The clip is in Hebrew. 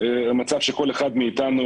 שכל אחד מאיתנו,